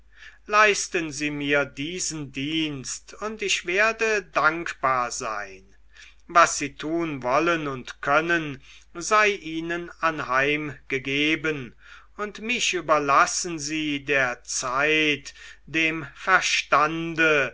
leisten sie mir diesen dienst und ich werde dankbar sein was sie tun wollen und können sei ihnen anheimgegeben und mich überlassen sie der zeit dem verstande